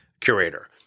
curator